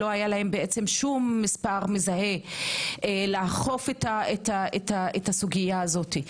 לא היה להם שום מספר מזהה לאכוף את הסוגיה הזו.